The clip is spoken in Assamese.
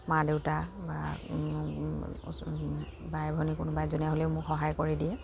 মা দেউতা বা বাই ভনী কোনোবা এজনীয়ে হ'লেও মোক সহায় কৰি দিয়ে